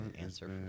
answer